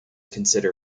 consider